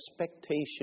expectation